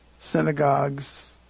Synagogues